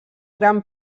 gran